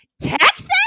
Texas